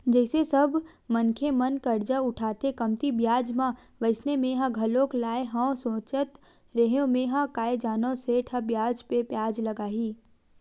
जइसे सब मनखे मन करजा उठाथे कमती बियाज म वइसने मेंहा घलोक लाय हव सोचत रेहेव मेंहा काय जानव सेठ ह बियाज पे बियाज लगाही